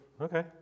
Okay